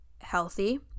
healthy